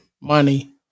Money